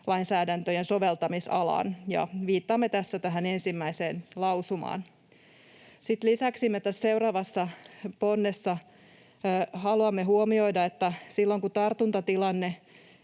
‑lainsäädäntöjen soveltamisalaan, ja viittaamme tässä tähän 1. lausumaan. Lisäksi me tässä seuraavassa ponnessa haluamme huomioida, että silloin kun tartuntatilanne